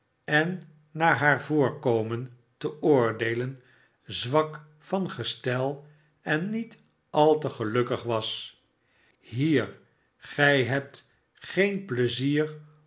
en naar haar voorkomen te oordeelen zwak van gestel en niet al te gelukkig was ooraeeien hier gij hebt geen pleizier